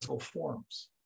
forms